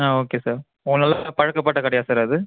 ஆ okay sir உங்களுக்கு நல்லா பழக்கப்பட்ட கடையா சார் அது